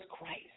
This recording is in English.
Christ